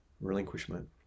relinquishment